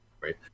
right